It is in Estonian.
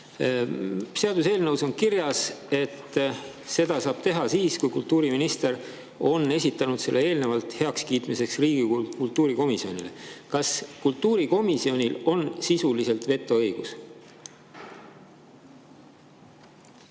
Seaduseelnõus on kirjas, et seda saab teha siis, kui kultuuriminister on esitanud selle eelnevalt heakskiitmiseks Riigikogu kultuurikomisjonile. Kas kultuurikomisjonil on sisuliselt vetoõigus?